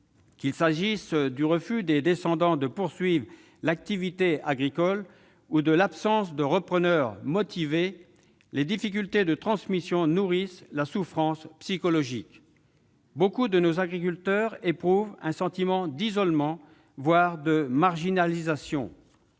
Qu'il s'agisse du refus des descendants de poursuivre l'activité agricole ou de l'absence de repreneurs motivés, les difficultés de transmission nourrissent la souffrance psychologique. Nombre de nos agriculteurs éprouvent un sentiment d'isolement, voire de marginalisation.